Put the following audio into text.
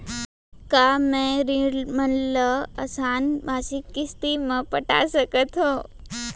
का मैं ऋण मन ल आसान मासिक किस्ती म पटा सकत हो?